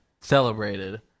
celebrated